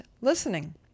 listening